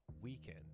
weekend